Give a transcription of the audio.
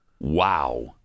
Wow